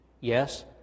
Yes